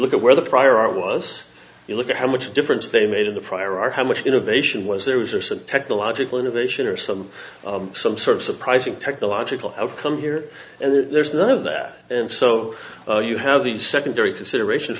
look at where the prior art was you look at how much difference they made in the prior are how much innovation was there was there some technological innovation or some some sort of surprising technological outcome here and there's none of that and so you have these secondary consideration